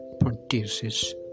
produces